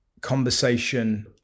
conversation